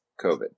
COVID